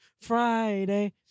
Friday